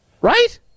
right